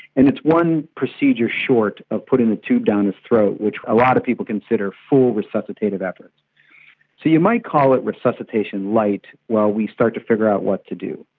and it's one procedure short of putting the tube down the throat, which a lot of people consider full resuscitative effort. so you might call it resuscitation-light while we start to figure out what to do.